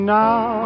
now